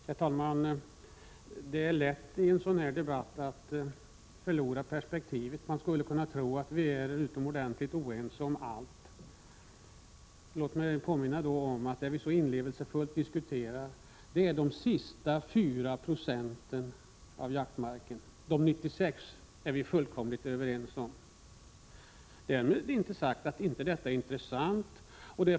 Herr talman! Det är lätt att förlora perspektivet i en sådan här debatt. Man skulle kunna tro att vi är utomordentligt oense om allt. Låt mig därför påminna om att det som vi så inlevelsefullt diskuterar är de sista 4 90 av jaktmarken. Beträffande de övriga 96 96 är vi fullkomligt överens. Därmed är inte sagt att de 4 70 är ointressanta.